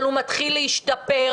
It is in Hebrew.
אבל הוא מתחיל להשתפר,